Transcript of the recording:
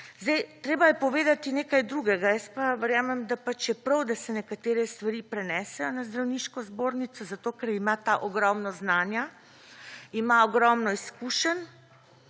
Treba je povedati nekaj drugega. Jaz verjamem, da pač je prav, da se nekatere stvari prenesejo na zdravniško zbornico zato, ker ima ta ogrom no znanja, ima ogromno izkušenj.